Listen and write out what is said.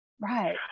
Right